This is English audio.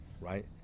right